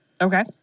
Okay